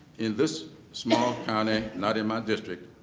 in this small county, not in my district,